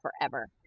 forever